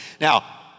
Now